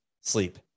sleep